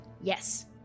yes